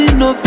no